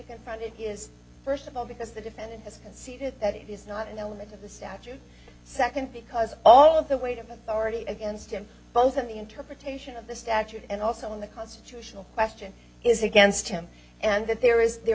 confront it is first of all because the defendant has conceded that it is not an element of the statute second because all of the weight of authority against him both in the interpretation of the statute and also in the constitutional question is against him and that there is there